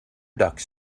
ducks